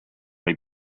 les